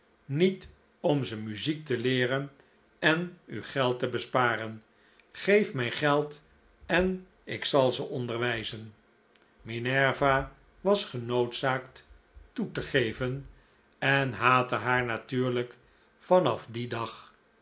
niet om ze muziek te leeren en u geld te besparen geef mij geld en ik zal ze onderwijzen minerva was genoodzaakt toe te geven en haatte haar natuurlijk van af dien dag